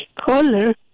color